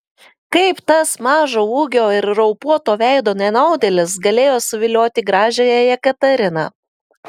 kaip tas mažo ūgio ir raupuoto veido nenaudėlis galėjo suvilioti gražiąją jekateriną